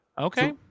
Okay